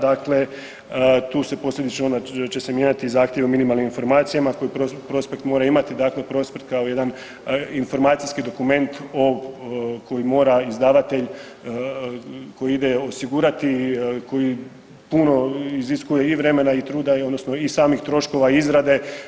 Dakle, tu se posljedično onda će se mijenjati i zahtjevi o minimalnim informacijama koji prospekt mora imati, dakle prospekt kao jedan informacijski dokument koji mora izdavatelj koji ide osigurati, koji puno iziskuje i vremena i truda odnosno i samih troškova izrade.